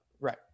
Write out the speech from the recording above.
right